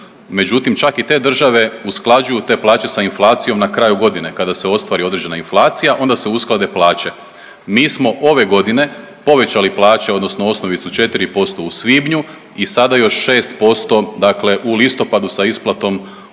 Međutim, čak i te države usklađuju te plaće sa inflacijom na kraju godine kada se ostvari određena inflacija onda se usklade plaće. Mi smo ove godine povećali plaće, odnosno osnovicu 4 posto u svibnju i sada još 6% dakle u listopadu sa isplatom